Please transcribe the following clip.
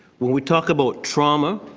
went we talk about trauma,